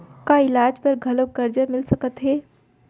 का इलाज बर घलव करजा मिलिस सकत हे?